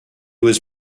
was